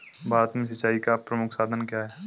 भारत में सिंचाई का प्रमुख साधन क्या है?